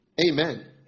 Amen